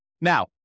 Now